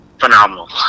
Phenomenal